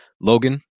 Logan